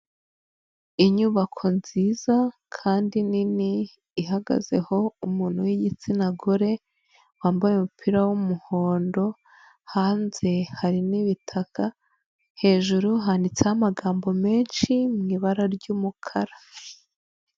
Inyubako nziza kandi nini ihagazeho umuntu w'igitsina gore, wambaye umupira w'umuhondo hanze hari n'ibitaka, hejuru handitseho amagambo menshi mu ibara ry'umukara.